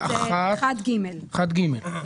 (1)(ג).